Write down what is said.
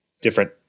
different